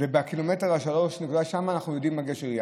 ובקילומטר ה-3.2 אנחנו יודעים על גשר עילי.